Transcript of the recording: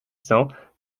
cents